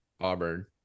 Auburn